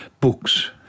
Books